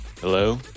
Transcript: hello